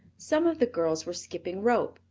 some of the girls were skipping rope,